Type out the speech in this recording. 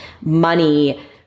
money